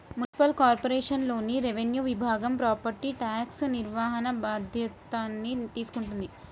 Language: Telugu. మునిసిపల్ కార్పొరేషన్లోని రెవెన్యూ విభాగం ప్రాపర్టీ ట్యాక్స్ నిర్వహణ బాధ్యతల్ని తీసుకుంటది